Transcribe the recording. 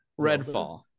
redfall